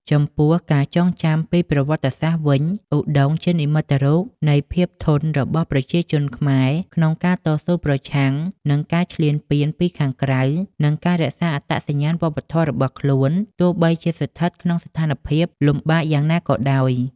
ចំពោះការចងចាំពីប្រវត្តិសាស្ត្រវិញ ឧដុង្គជានិមិត្តរូបនៃភាពធន់របស់ប្រជាជនខ្មែរក្នុងការតស៊ូប្រឆាំងនឹងការឈ្លានពានពីខាងក្រៅ និងការរក្សាអត្តសញ្ញាណវប្បធម៌របស់ខ្លួន ទោះបីជាស្ថិតក្នុងស្ថានភាពលំបាកយ៉ាងណាក៏ដោយ។